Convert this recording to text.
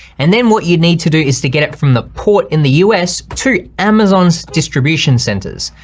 and then what you need to do is to get it from the port in the us, to amazon's distribution centers.